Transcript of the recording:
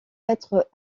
être